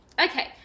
Okay